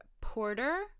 Porter